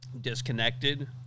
Disconnected